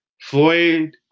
Floyd